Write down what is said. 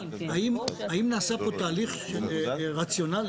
האם נעשה פה תהליך של רציונלי,